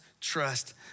trust